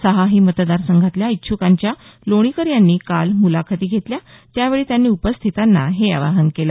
सहा ही मतदारसंघातल्या इच्छ्कांच्या लोणीकर यांनी काल मुलाखती घेतल्या त्यावेळी त्यांनी उपस्थितांना हे आवाहन केलं